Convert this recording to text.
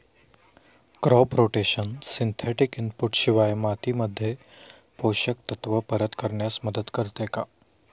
Crop rotation synthetic input शिवाय मातीमध्ये पोषक तत्त्व परत करण्यास मदत करते का?